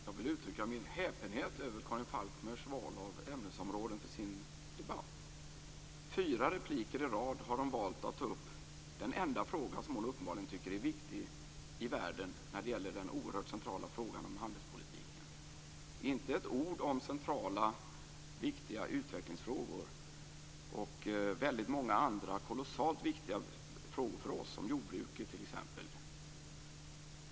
Fru talman! Jag vill uttrycka min häpenhet över fyra repliker i rad har hon valt att ta upp en enda fråga som hon uppenbarligen tycker är viktig i världen när det gäller den oerhört centrala frågan om handelspolitiken. Hon säger inte ett ord om centrala viktiga utvecklingsfrågor och väldigt många andra kolossalt viktiga frågor för oss, t.ex. jordbruket.